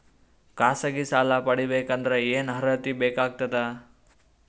ಖಾಸಗಿ ಸಾಲ ಪಡಿಬೇಕಂದರ ಏನ್ ಅರ್ಹತಿ ಬೇಕಾಗತದ?